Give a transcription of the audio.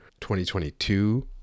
2022